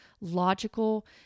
logical